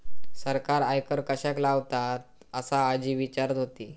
सरकार आयकर कश्याक लावतता? असा आजी विचारत होती